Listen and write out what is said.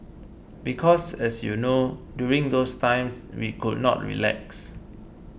because as you know during those times we could not relax